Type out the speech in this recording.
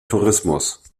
tourismus